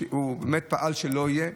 הוא באמת פעל כדי שלא יהיה.